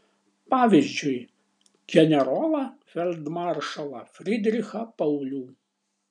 pavyzdžiui generolą feldmaršalą frydrichą paulių